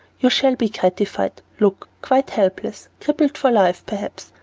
you shall be gratified look, quite helpless, crippled for life, perhaps.